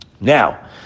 Now